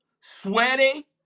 sweaty